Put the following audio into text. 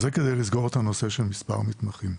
זה כדי לסגור את נושא מספר המתמחים.